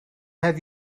have